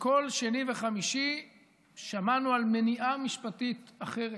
וכל שני וחמישי שמענו על מניעה משפטית אחרת,